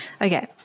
Okay